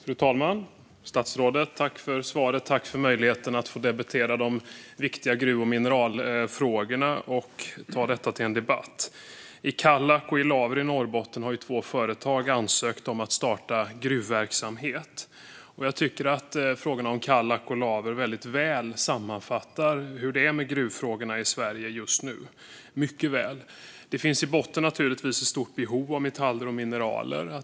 Fru talman! Tack, statsrådet, för svaret och för möjligheten att debattera de viktiga gruv och mineralfrågorna! I Kallak och Laver i Norrbotten har två företag ansökt om att starta gruvverksamhet. Jag tycker att frågan om Kallak och Laver sammanfattar mycket väl hur det är med gruvfrågorna i Sverige just nu. I botten finns ett stort behov av metaller och mineraler.